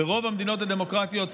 ברוב המדינות הדמוקרטיות,